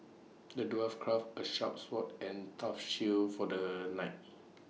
the dwarf crafted A sharp sword and tough shield for the knight